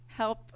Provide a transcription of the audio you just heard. help